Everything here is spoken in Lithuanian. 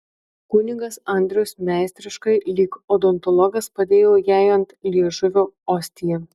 kunigas andrius meistriškai lyg odontologas padėjo jai ant liežuvio ostiją